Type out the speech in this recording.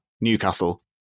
Newcastle